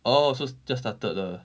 orh so just started lah